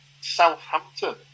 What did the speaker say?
Southampton